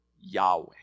Yahweh